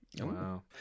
Wow